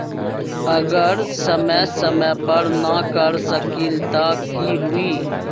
अगर समय समय पर न कर सकील त कि हुई?